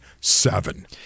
Seven